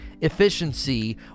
efficiency